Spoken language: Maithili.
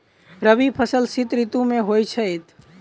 रबी फसल शीत ऋतु मे होए छैथ?